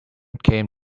came